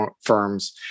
firms